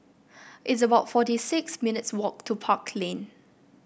it's about forty six minutes' walk to Park Lane